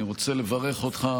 אני רוצה לברך אותך